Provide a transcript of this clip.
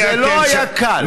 זה לא היה קל.